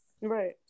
right